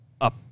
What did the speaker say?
up